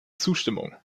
zustimmung